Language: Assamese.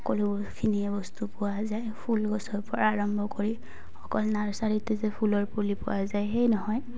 সকলোখিনিয়ে বস্তু পোৱা যায় ফুল গছৰ পৰা আৰম্ভ কৰি অকল নাৰ্চাৰীতে যে ফুলৰ পুলি পোৱা যায় সেই নহয়